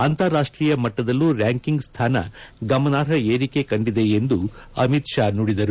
ಅಂತಾರಾಷ್ವೀಯ ಮಟ್ಟದಲ್ಲೂ ಬ್ಯಾಂಕಿಂಗ್ ಸ್ಥಾನ ಗಮನಾರ್ಹ ಏರಿಕೆ ಕಂಡಿದೆ ಎಂದು ಅಮಿತ್ ಷಾ ನುಡಿದರು